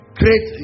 great